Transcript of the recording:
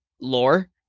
lore